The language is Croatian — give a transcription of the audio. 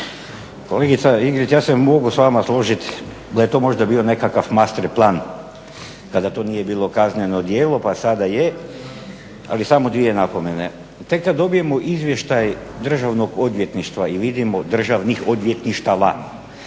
Kolegica Ingrid, ja se mogu s vama složiti da je to možda bio nekakav Master plan kada to nije bilo kazneno djelo pa sada je, ali samo dvije napomene. Tek kad dobijemo izvještaj Državnog odvjetništva i vidimo, državnih odvjetništava